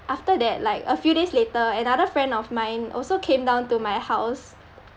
after that like a few days later another friend of mine also came down to my house